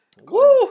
Woo